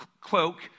cloak